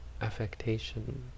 affectation